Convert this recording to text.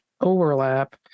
overlap